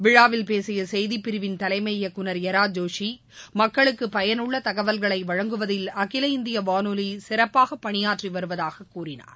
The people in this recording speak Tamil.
விழாவில் பேசிய செய்திப்பிரிவின் தலைமை இயக்குநர் ஈரா ஜோஷி மக்களுக்கு பயனுள்ள தகவல்களை வழங்குவதில் அகில இந்திய வானொலி சிறப்பான பணியாற்றி வருவதாக கூறினார்